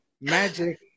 magic